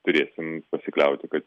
turėsim pasikliauti kad